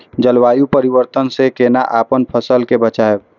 जलवायु परिवर्तन से कोना अपन फसल कै बचायब?